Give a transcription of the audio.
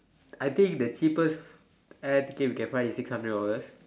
I think the cheapest air ticket we can find is six hundred dollars